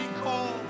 cold